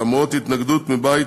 למרות התנגדות מבית,